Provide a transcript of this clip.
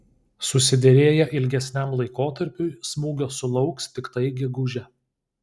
susiderėję ilgesniam laikotarpiui smūgio sulauks tiktai gegužę